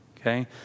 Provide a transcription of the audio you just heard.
Okay